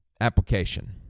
Application